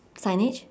signage